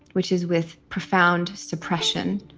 which is with profound suppression.